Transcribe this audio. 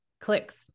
clicks